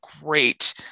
great